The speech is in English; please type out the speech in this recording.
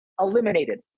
eliminated